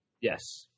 Yes